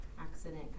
accident